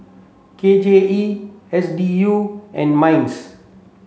K J E S D U and MINDS